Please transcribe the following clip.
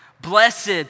Blessed